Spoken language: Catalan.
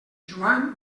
joan